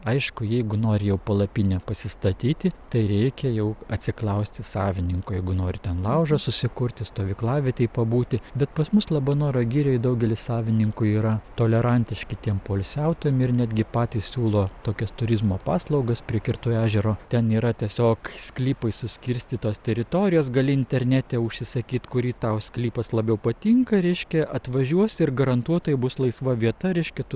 aišku jeigu nori jau palapinę pasistatyti tai reikia jau atsiklausti savininko jeigu nori ten laužą susikurti stovyklavietėj pabūti bet pas mus labanoro girioj daugelis savininkų yra tolerantiški tiem poilsiautojam ir netgi patys siūlo tokias turizmo paslaugas prie kertų ežero ten yra tiesiog sklypais suskirstytos teritorijos gali internete užsisakyt kurį tau sklypas labiau patinka reiškia atvažiuosi ir garantuotai bus laisva vieta reiškia tu